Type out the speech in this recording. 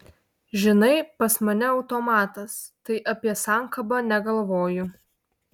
žinai pas mane automatas tai apie sankabą negalvoju